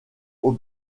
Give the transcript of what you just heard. aux